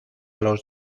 los